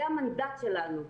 זה המנדט שלנו.